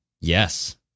Yes